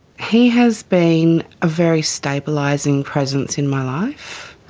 he has been a very stabilising presence in my life.